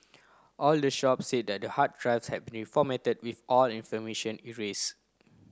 all the shops said the hard drives had been reformatted with all information erased